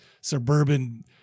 suburban